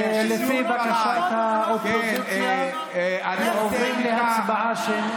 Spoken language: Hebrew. לפי בקשת האופוזיציה, אנחנו עוברים להצבעה שמית.